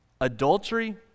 Adultery